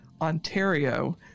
Ontario